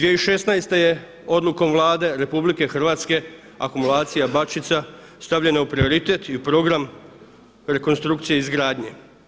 2016. je odlukom Vlade RH akumulacija Bačvica stavljena u prioritet i u program rekonstrukcije i izgradnje.